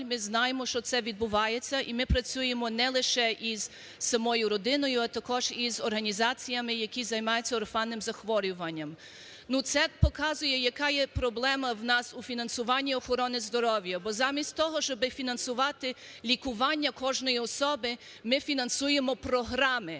ми знаємо, що це відбувається і ми працюємо не лише із самою родиною, а також із організаціями, які займаються орфанним захворюванням. Ну, це показує, яка є проблема у нас у фінансуванні охорони здоров'я. Бо замість того, щоб фінансувати лікування кожної особи, ми фінансуємо програми.